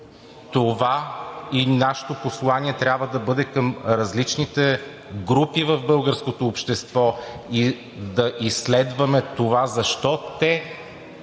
Нашето послание трябва да бъде към различните групи в българското общество и да изследваме това защо те